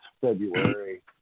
February